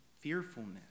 fearfulness